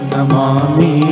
Namami